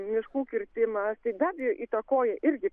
miškų kirtimas tai be abejo įtakoja irgi